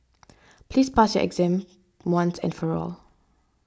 please pass your exam once and for all